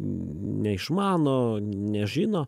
neišmano nežino